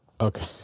Okay